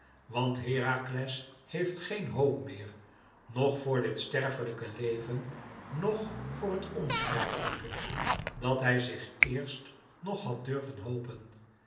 want herakles heeft geen hoop meer noch voor dit sterflijke leven noch voor het nsterflijke dat hij zich eerst nog had durven hopen